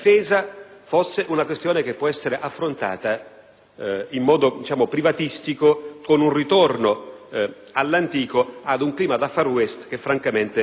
in modo privatistico, con un ritorno all'antico, ad un clima da *far west* che sinceramente è inaccettabile e incomprensibile.